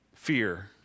Fear